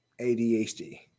ADHD